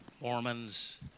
Mormons